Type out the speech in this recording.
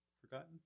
Forgotten